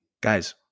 Guys